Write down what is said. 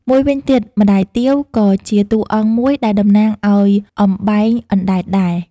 មួយវិញទៀត ម្តាយទាវ ក៏ជាតួអង្គមួយដែលតំណាងឲ្យ "អំបែងអណ្ដែត" ដែរ។